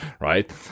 right